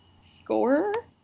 score